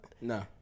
no